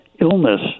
illness